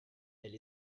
elle